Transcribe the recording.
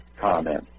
comment